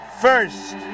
first